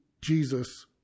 Jesus